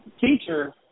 Teacher